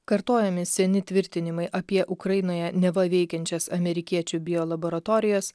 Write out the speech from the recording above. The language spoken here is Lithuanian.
kartojami seni tvirtinimai apie ukrainoje neva veikiančias amerikiečių bio laboratorijas